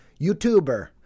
YouTuber